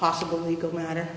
possible legal matter